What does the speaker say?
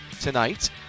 tonight